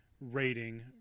rating